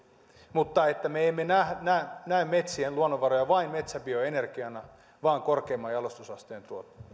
mutta että me emme näe metsien luonnonvaroja vain metsäbioenergiana vaan korkeamman jalostusasteen